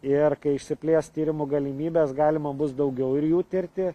ir kai išsiplės tyrimo galimybės galima bus daugiau ir jų tirti